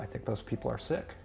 i think those people are sick